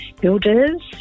builders